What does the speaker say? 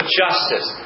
justice